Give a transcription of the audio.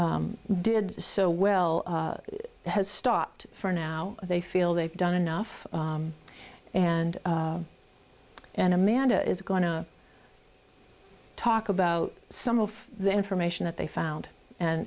did so well has stopped for now they feel they've done enough and and amanda is going to talk about some of the information that they found and